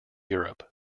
europe